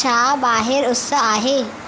छा ॿाहिरि उस आहे